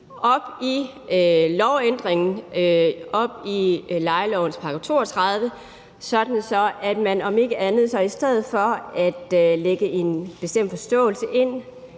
er gældende ret – op i lejelovens § 32, sådan at man om ikke andet i stedet for at lægge en bestemt forståelse ind